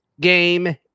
game